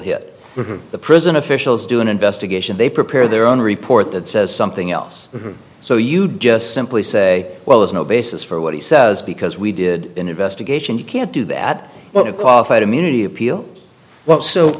hit the prison officials do an investigation they prepare their own report that says something else so you'd just simply say well there's no basis for what he says because we did an investigation you can't do that what qualified immunity appeal w